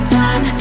time